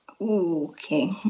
Okay